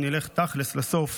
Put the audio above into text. אם נלך תכלס לסוף,